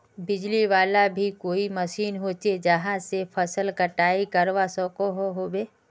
बिजली वाला भी कोई मशीन होचे जहा से फसल कटाई करवा सकोहो होबे?